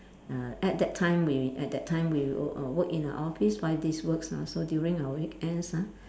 uh at that time we at that time we wo~ work in the office five days works ah so during our weekends ah